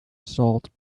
salt